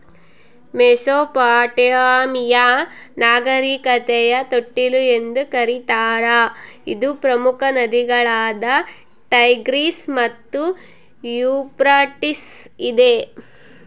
Mesopotamia ನಾಗರಿಕತೆಯ ತೊಟ್ಟಿಲು ಎಂದು ಕರೀತಾರ ಇದು ಪ್ರಮುಖ ನದಿಗಳಾದ ಟೈಗ್ರಿಸ್ ಮತ್ತು ಯೂಫ್ರಟಿಸ್ ಇದೆ